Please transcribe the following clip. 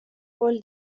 قول